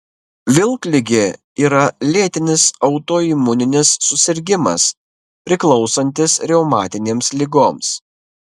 vilkligė yra lėtinis autoimuninis susirgimas priklausantis reumatinėms ligoms